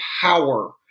power